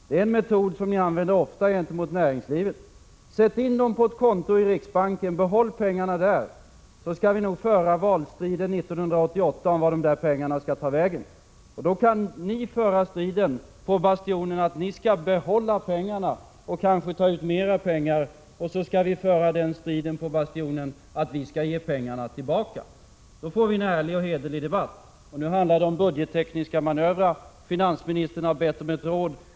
Det är en metod som ni ofta använder gentemot näringslivet. Sätt in dem på ett konto i riksbanken och låt dem stanna där så skall vi nog i valstriden 1988 komma fram till vart dessa pengar skall ta vägen. Då kan ni föra striden på bastionen samt säga att ni skall behålla pengarna, och kanske ta ut mer pengar. Vi skall föra den striden på bastionen och förklara att vi skall ge tillbaka pengarna. Då får vi en ärlig och hederlig debatt. Nu handlar det om budgettekniska manövrer. Finansministern har bett om ett råd.